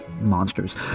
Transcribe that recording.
monsters